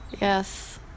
Yes